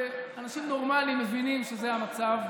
אנשים נורמליים מבינים שזה המצב,